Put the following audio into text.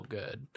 good